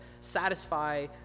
satisfy